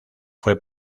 fue